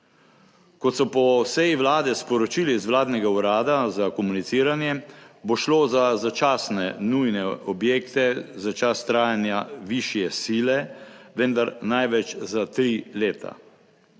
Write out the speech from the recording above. Kot so po seji vlade sporočili iz vladnega urada za komuniciranje, bo šlo za začasne nujne objekte za čas trajanja višje sile, vendar največ za tri leta.